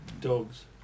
Dogs